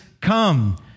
come